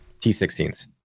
t16s